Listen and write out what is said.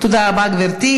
תודה רבה, גברתי.